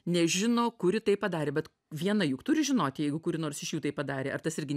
nežino kuri tai padarė bet viena juk turi žinoti jeigu kuri nors iš jų tai padarė ar tas irgi